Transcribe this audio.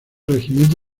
regimiento